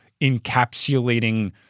encapsulating